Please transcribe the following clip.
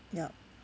yup